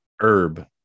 herb